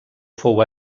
fou